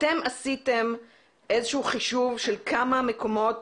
אתם עשיתם איזשהו חישוב כמה מקומות